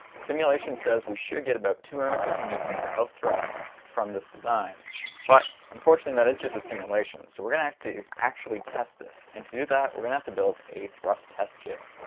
simulation says we should get about two hundred and fifty newton's of thrust from this design but unfortunately that is just a simulation so we're gonna have to actually test this and to do that we're gonna have to build a thrust test jig